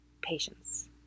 patience